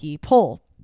poll